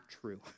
true